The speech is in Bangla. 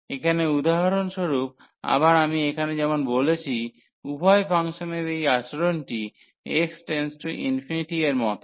এখানে উদাহরণস্বরূপ আবার আমি এখানে যেমন বলেছি উভয় ফাংশনের এই আচরণটি x→∞ এর মতো